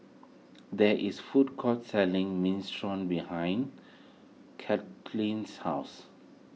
there is food court selling Minestrone behind Cathleen's house